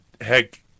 heck